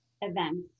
events